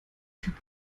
typ